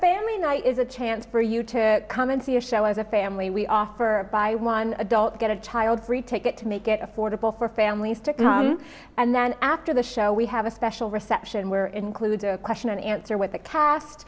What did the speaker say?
family night is a chance for you to come and see a show as a family we offer by one adult get a child three take it to make it affordable for families to come and then after the show we have a special reception where includes a question and answer with the cast